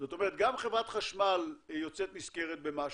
זאת אומרת גם חברת חשמל יוצאת נשכרת במשהו,